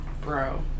Bro